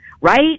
right